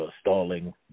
Stalling